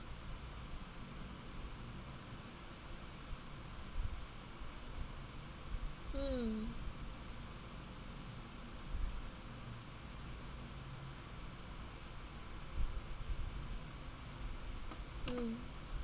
mm mm